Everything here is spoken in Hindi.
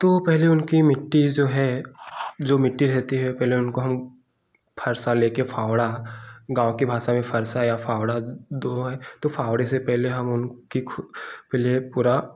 तो पहले उनकी मिट्टी जो है जो मिट्टी रहती है पहले उनको हम फ़रसा ले कर फ़ावड़ा गाँव की भाषा में फरसा या फ़ावड़ा दो तो फावड़े से पहले हम उनकी खू प्लेन पूरा